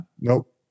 Nope